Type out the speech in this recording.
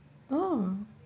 oh